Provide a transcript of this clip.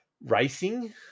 racing